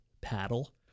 paddle